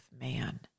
man